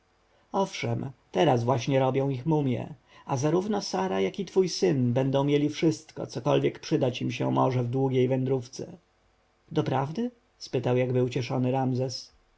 owszem teraz właśnie robią ich mumje a zarówno sara jak i twój syn będą mieli wszystko cokolwiek przydać im się może w długiej wędrówce doprawdy spytał jakby ucieszony ramzes